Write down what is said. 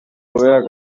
hobeak